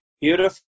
Beautiful